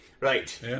Right